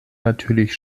natürlich